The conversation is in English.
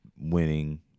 winning